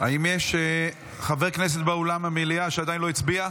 האם יש חבר כנסת באולם המליאה שעדיין לא הצביע?